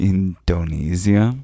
Indonesia